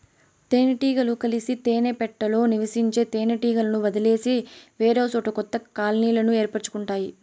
తేనె టీగలు కలిసి తేనె పెట్టలో నివసించే తేనె టీగలను వదిలేసి వేరేసోట కొత్త కాలనీలను ఏర్పరుచుకుంటాయి